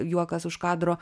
juokas už kadro